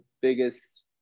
biggest